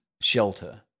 shelter